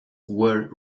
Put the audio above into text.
were